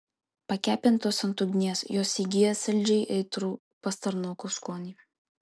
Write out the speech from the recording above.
pakepintos ant ugnies jos įgyja saldžiai aitrų pastarnokų skonį